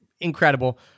incredible